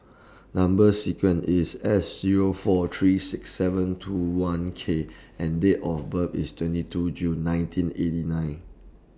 Number sequence IS S Zero four three six seven two one K and Date of birth IS twenty two June nineteen eighty nine